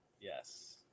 Yes